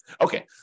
Okay